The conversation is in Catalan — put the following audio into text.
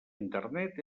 internet